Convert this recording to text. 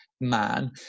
man